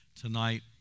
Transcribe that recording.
tonight